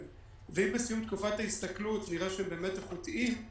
ואם ביום תקופת ההסתכלות נראה שהם איכותיים,